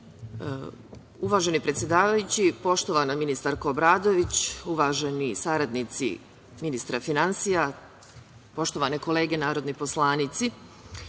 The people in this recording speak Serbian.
predsedavajući, poštovana ministarko Obradović, uvaženi saradnici ministra finansija, poštovane kolege narodni poslanici,